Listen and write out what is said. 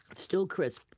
still crisp.